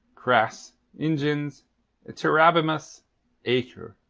cras ingens iterabimus aequor.